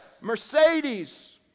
Mercedes